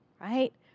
Right